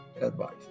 advice